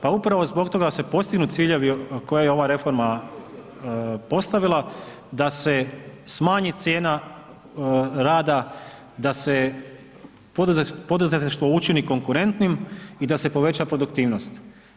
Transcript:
Pa upravo da se postignu ciljevi koje je ova reforma postavila, da se smanji cijena rada, da se poduzetništvo učini konkurentnim i da se poveća produktivnost.